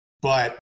But-